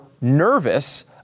nervous